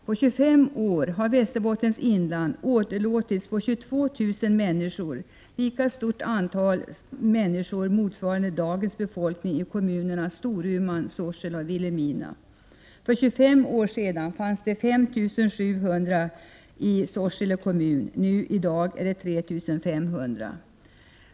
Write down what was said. På 25 år har Västerbottens inland åderlåtits på 22 000 människor, vilket motsvarar dagens befolkning i kommunerna Storuman, Sorsele och Vilhelmina. För 25 år sedan fanns 5 700 invånare i Sorsele kommun. I dag finns det 3 500.